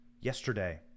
yesterday